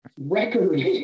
record